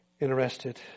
interested